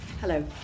Hello